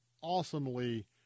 awesomely